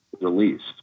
released